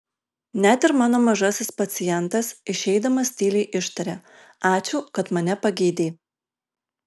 net ir mano mažasis pacientas išeidamas tyliai ištarė ačiū kad mane pagydei